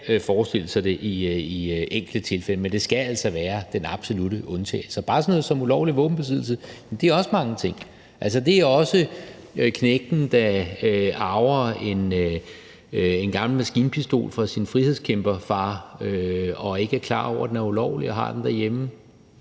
Det er også knægten, der arver en gammel maskinpistol fra sin frihedskæmperbedstefar og ikke er klar over, at den er ulovlig, og har den derhjemme.